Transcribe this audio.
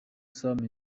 sam